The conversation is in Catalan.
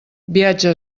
viatge